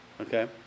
Okay